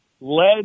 led